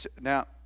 Now